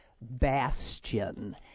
bastion